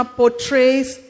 portrays